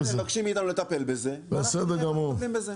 ביקשתם, ואנחנו מטפלים בזה.